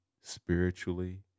spiritually